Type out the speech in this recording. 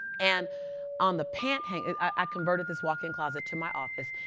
and on the pant pant i converted this walk-in closet to my office.